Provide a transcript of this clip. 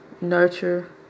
Nurture